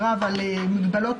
ברגע זה אני הולך הביתה.